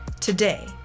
today